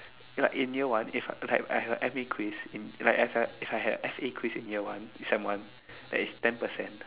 its like in year one is like I have I have A_M a quiz in like if I had S a quiz in year one sem one that is ten percent